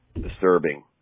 disturbing